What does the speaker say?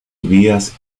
vías